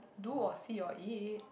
do or see or eat